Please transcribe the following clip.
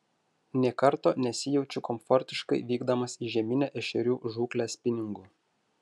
nė karto nesijaučiu komfortiškai vykdamas į žieminę ešerių žūklę spiningu